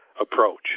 approach